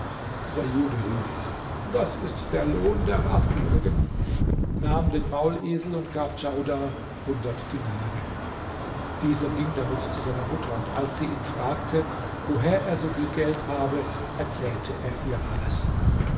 der jude rief das ist der lohn der habgierigen nahm den maulesel und gab djaudar hundert dinare dieser ging damit zu seiner mutter und als sie ihn fragte woher er so viel geld habe erzählte er ihr alles